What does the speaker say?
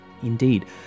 Indeed